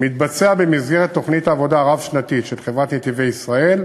מתבצע במסגרת תוכנית עבודה רב-שנתית של חברת "נתיבי ישראל"